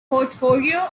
portfolio